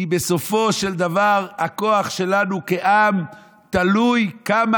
כי בסופו של דבר הכוח שלנו כעם תלוי בכמה